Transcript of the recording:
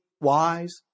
wise